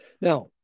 Now